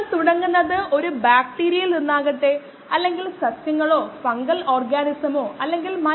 stirred tank bio reactor സാധാരണ തരങ്ങളിൽ ഒന്നാണെന്ന് നമ്മൾ പറഞ്ഞു ഇത് ഒരു സ്റ്റിർഡ് ടാങ്കല്ലാതെ മറ്റൊന്നുമല്ല